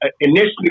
initially